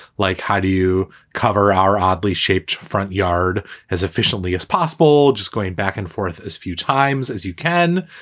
like how do you cover our oddly shaped front yard as efficiently as possible? just going back and forth as few times as you can.